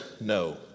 no